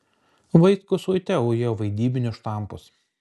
vaitkus uite ujo vaidybinius štampus